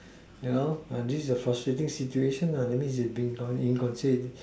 ya lor uh this is a frustrating situation nah that means you're being